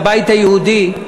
הבית היהודי,